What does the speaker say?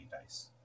dice